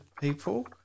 people